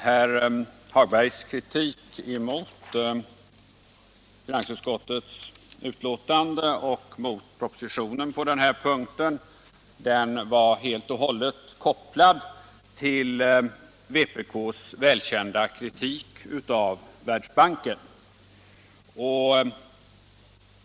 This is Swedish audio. Herr talman! Herr Hagbergs i Borlänge kritik mot finansutskottets betänkande och mot propositionen på den här punkten sammanföll helt med vpk:s välkända kritik av Världsbanken.